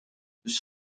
dus